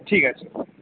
ঠিক আছে